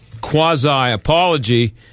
quasi-apology